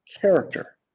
character